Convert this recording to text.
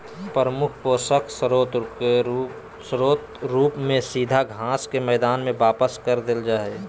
प्रमुख पोषक स्रोत रूप में सीधा घास के मैदान में वापस कर देल जा हइ